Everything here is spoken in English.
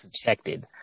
protected